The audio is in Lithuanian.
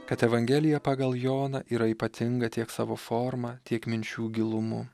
kad evangelija pagal joną yra ypatinga tiek savo forma tiek minčių gilumu